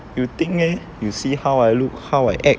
you think eh you see how I look how I act